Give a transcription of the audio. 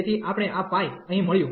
તેથી તેથી આપણે આ પાઇ i અહીં મળ્યું